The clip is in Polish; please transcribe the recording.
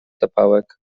zapałek